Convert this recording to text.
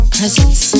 presence